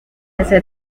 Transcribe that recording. este